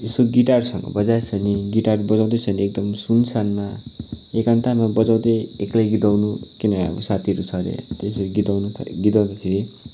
यस्तो गिटार छ भने बजाएको छ भने गिटार बजाउँदै छ भने एकदम सुनसानमा एकान्तमा बजाउँदै एक्लै गीत गाउनु कि नभए साथीहरू छ हरे त्यसरी गीत गाउनु गीत गाउँदाखेरि